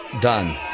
done